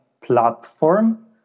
platform